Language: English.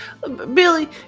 Billy